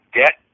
get